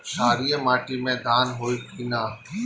क्षारिय माटी में धान होई की न?